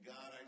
God